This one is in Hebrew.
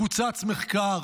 קוצץ מחקר.